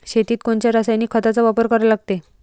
शेतीत कोनच्या रासायनिक खताचा वापर करा लागते?